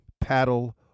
paddle